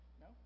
No